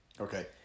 Okay